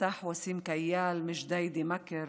נרצח וסים כיאל מג'דיידה-מכר,